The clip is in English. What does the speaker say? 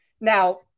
now